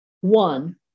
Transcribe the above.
one